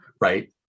right